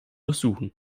ersuchen